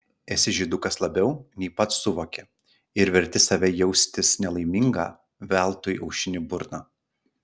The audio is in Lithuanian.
esi žydukas labiau nei pats suvoki ir verti save jaustis nelaimingą veltui aušini burną